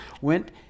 went